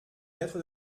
lettre